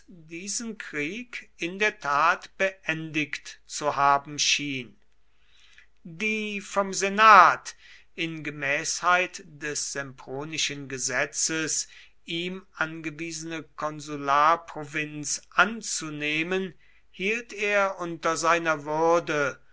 diesen krieg in der tat beendigt zu haben schien die vom senat in gemäßheit des sempronischen gesetzes ihm angewiesene konsularprovinz anzunehmen hielt er unter seiner würde